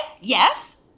yes